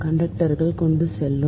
conductor கொண்டு செல்லும்